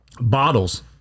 Bottles